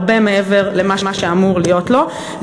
הרבה מעבר למה שאמור להיות לו,